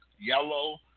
yellow